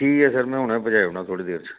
ठीक ऐ सर में हूनै पजाई उड़ना थोड़ी देर च